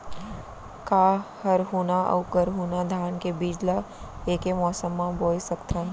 का हरहुना अऊ गरहुना धान के बीज ला ऐके मौसम मा बोए सकथन?